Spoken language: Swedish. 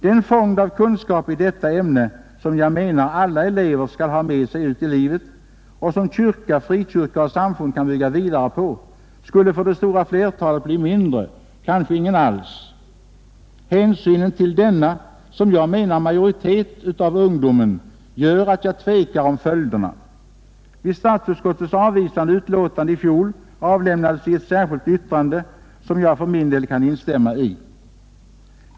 Den fond av kunskap i detta ämne som jag menar alla elever skall ha med sig ut i livet och som kyrka, frikyrka och samfund kan bygga vidare på skulle för det stora flertalet bli mindre, kanske ingen alls. Hänsynen till denna, som jag menar, majoritet av ungdomen gör att jag tvekar om följderna. I statsutskottets avvisande utlåtande i fjol avlämnades ett särskilt yttrande, som jag för min del kan instämma i.